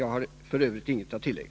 Jag har f. ö. inget att tillägga.